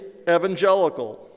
evangelical